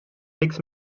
nichts